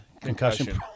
concussion